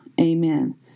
amen